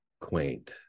quaint